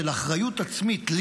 של אחריות עצמית,